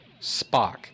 Spock